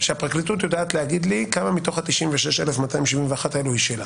שהפרקליטות יודעת להגיד לי כמה מתוך ה-96,271 האלה הם שלה.